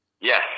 Yes